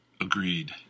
Agreed